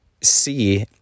see